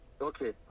okay